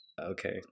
Okay